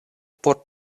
por